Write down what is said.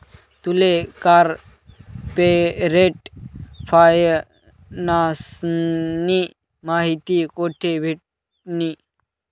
तुले कार्पोरेट फायनान्सनी माहिती कोठे भेटनी?